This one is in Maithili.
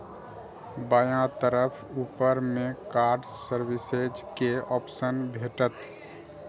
बायां तरफ ऊपर मे कार्ड सर्विसेज के ऑप्शन भेटत